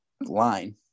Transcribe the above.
line